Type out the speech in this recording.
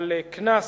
על קנס